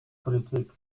politik